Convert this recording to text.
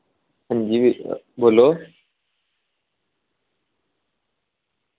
हां जी बोल्लो